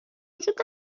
وجود